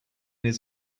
his